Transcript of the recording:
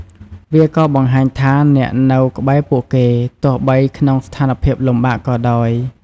វាក៏បង្ហាញថាអ្នកនៅក្បែរពួកគេ ទោះបីក្នុងស្ថានភាពលំបាកក៏ដោយ។